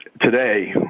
today